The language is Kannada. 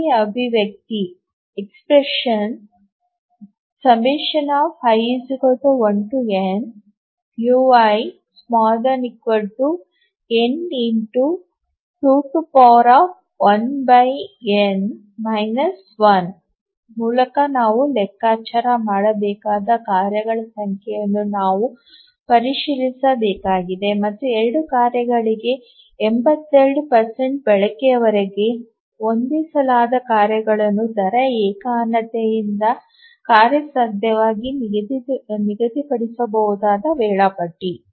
ಈ ಅಭಿವ್ಯಕ್ತಿ i1nuin ಮೂಲಕ ನಾವು ಲೆಕ್ಕಾಚಾರ ಮಾಡಬೇಕಾದ ಕಾರ್ಯಗಳ ಸಂಖ್ಯೆಯನ್ನು ನಾವು ಪರಿಶೀಲಿಸಬೇಕಾಗಿದೆ ಮತ್ತು 2 ಕಾರ್ಯಗಳಿಗೆ 82 ಬಳಕೆಯವರೆಗೆ ಹೊಂದಿಸಲಾದ ಕಾರ್ಯಗಳನ್ನು ದರ ಏಕತಾನತೆಯಿಂದ ಕಾರ್ಯಸಾಧ್ಯವಾಗಿ ನಿಗದಿಪಡಿಸಬಹುದು ವೇಳಾಪಟ್ಟಿ